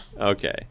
okay